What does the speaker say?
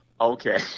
okay